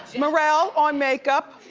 merrell on makeup.